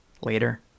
later